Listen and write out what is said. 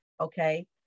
okay